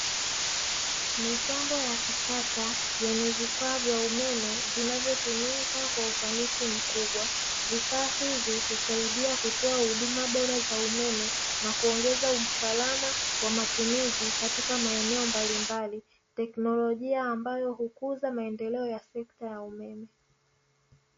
Mitambo ya kisasa yenye vifaa vya umeme vinayotumika kwa ufanisi mkubwa vifaa hivi husaidia kutoa huduma bora za umeme na kuongeza usalama wa matumizi katika maeneo mbalimbali, teknolojia ambayo hukuza maendeleo ya sekta ya umeme.